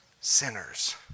Sinners